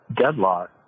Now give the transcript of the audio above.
deadlock